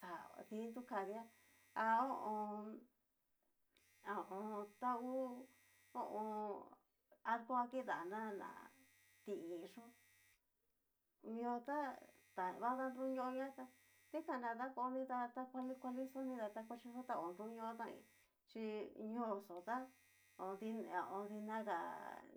Xa din tu kadia ahó ho o on. tangu ho o on. arko kidana na ti ín yó mio ta tava nruñoña tá dikan na dakuao nida ta kuali kuali xó nida takuachi xó ta ho nruño tan ña xhi ñóo xó ta odi dinaga